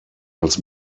als